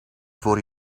voor